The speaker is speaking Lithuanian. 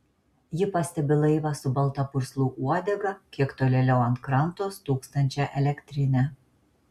ji pastebi laivą su balta purslų uodega kiek tolėliau ant kranto stūksančią elektrinę